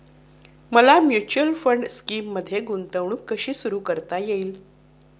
मला mutual fund स्कीममध्ये गुंतवणूक कशी सुरू करता येईल?